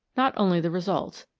not only the results,